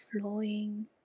flowing